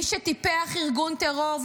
מי שטיפח ארגון טרור,